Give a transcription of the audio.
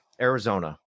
Arizona